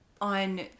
On